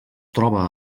troba